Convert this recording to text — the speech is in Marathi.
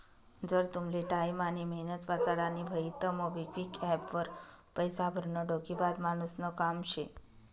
जर तुमले टाईम आनी मेहनत वाचाडानी व्हयी तं मोबिक्विक एप्प वर पैसा भरनं डोकेबाज मानुसनं काम शे